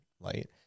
light